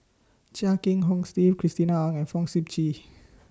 Chia Kiah Hong Steve Christina Ong and Fong Sip Chee